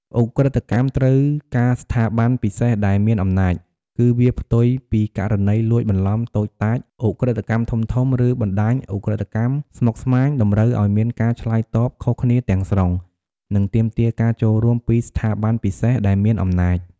ឧក្រិដ្ឋកម្មត្រូវការស្ថាប័នពិសេសដែលមានអំណាច គឺវាផ្ទុយពីករណីលួចបន្លំតូចតាច ឧក្រិដ្ឋកម្មធំៗ ឬបណ្តាញឧក្រិដ្ឋកម្មស្មុគស្មាញ តម្រូវឲ្យមានការឆ្លើយតបខុសគ្នាទាំងស្រុង និងទាមទារការចូលរួមពី ស្ថាប័នពិសេសដែលមានអំណាច។